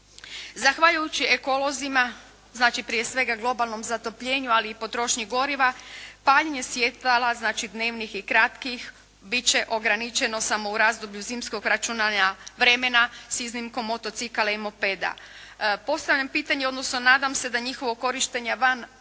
Zahvaljujući ekolozima znači prije svega globalnom zatopljenju ali i potrošnji goriva paljenje svjetala znači dnevnih i kratkih bit će ograničeno samo u razdoblju zimskog računanja vremena s iznimkom motocikala i mopeda. Postavljam pitanje odnosno nadam se da njihovo korištenje van ovog